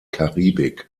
karibik